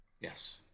Yes